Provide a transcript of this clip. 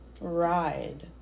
Ride